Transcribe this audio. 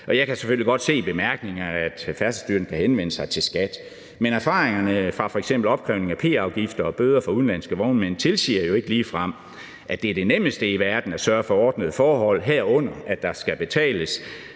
Jeg kan selvfølgelig godt se i bemærkningerne, at Færdselsstyrelsen kan henvende sig til skattemyndighederne, men erfaringerne fra f.eks. opkrævning af p-afgifter og bøder fra udenlandske vognmænd tilsiger jo ikke ligefrem, at det er det nemmeste i verden at sørge for ordnede forhold, herunder at der skal betales